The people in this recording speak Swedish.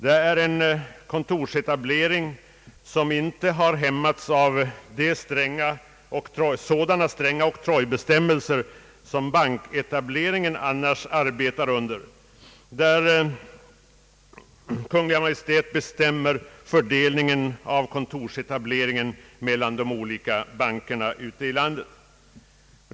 Det är en kontorsetablering som inte har hämmats av sådana stränga oktrojbestämmelser som banketableringen annars arbetar under, där Kungl. Maj:t bestämmer fördelningen av kontorsetableringen mellan de olika bankerna ute i landet.